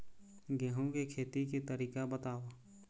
गेहूं के खेती के तरीका बताव?